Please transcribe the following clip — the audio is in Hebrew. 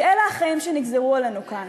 שאלה החיים שנגזרו עלינו כאן.